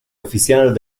oficial